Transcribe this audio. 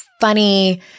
Funny